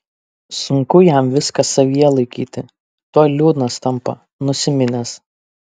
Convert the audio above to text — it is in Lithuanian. sunku jam viską savyje laikyti tuoj liūdnas tampa nusiminęs